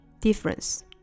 difference